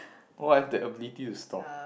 oh I have the ability to stop